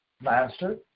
Master